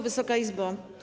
Wysoka Izbo!